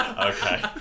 Okay